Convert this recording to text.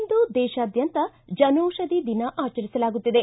ಇಂದು ದೇತಾದ್ಯಂತ ಜನೌಷಧಿ ದಿನ ಆಚರಿಸಲಾಗುತ್ತಿದೆ